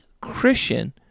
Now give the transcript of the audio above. Christian